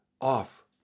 off